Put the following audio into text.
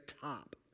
top